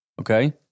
Okay